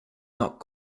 not